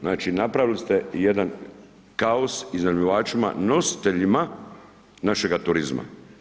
Znači napravili ste jedan kaos iznajmljivačima, nositeljima našega turizma.